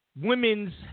Women's